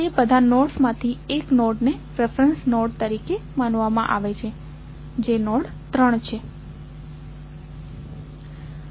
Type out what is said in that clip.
તે બધા નોડ્સમાંથી એક નોડને રેફેરેંસ નોડ તરીકે માનવામાં આવે છે જે નોડ 3 છે